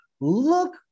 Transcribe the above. look